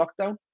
lockdown